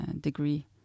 degree